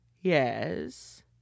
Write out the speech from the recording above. Yes